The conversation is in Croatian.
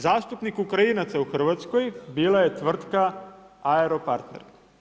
Zastupnik Ukrajinaca u Hrvatskoj bila je tvrtka Aero Partner.